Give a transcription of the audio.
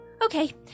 Okay